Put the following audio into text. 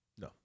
No